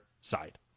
side